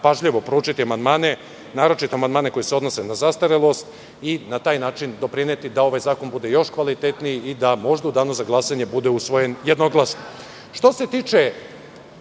pažljivo proučiti amandmane, naročito amandmane koji se odnose na zastarelost i na taj način doprineti da ovaj zakon bude još kvalitetniji i da možda u Danu za glasanje bude usvojen jednoglasno. Što